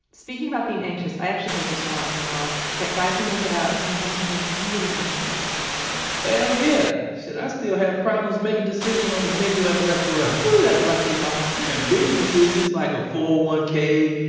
speaking about being anxious, i actually hear this a lot, earlonne that guys when they get out, sometimes have a really hard time making decisions hell yeah. shit, i still have problems making decisions on a menu at a restaurant ooh, that's a luxury problem. and bigger decisions like a four one k,